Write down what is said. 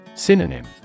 Synonym